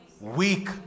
weak